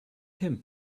him